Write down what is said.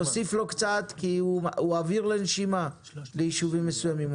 תוסיף לו קצת כי הוא אוויר לנשימה לישובים מסוימים.